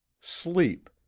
Sleep